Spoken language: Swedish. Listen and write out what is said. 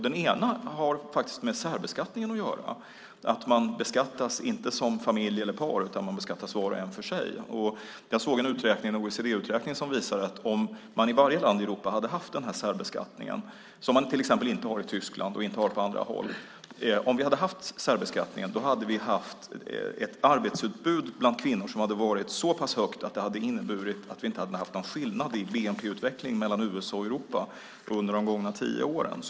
Det ena svaret har med särbeskattningen att göra, att man inte beskattas som familj eller par utan beskattas var och en för sig. Jag såg en OECD-uträkning som visade att om varje land i Europa hade haft den här särbeskattningen, som man inte har i till exempel Tyskland och på andra håll, hade vi haft ett arbetsutbud bland kvinnor som varit så pass högt att det inneburit att det inte hade varit någon skillnad i bnp-utveckling mellan USA och Europa under de gångna tio åren.